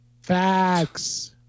Facts